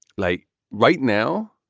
like right now,